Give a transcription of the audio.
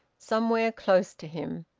somewhere, close to him.